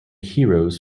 heroes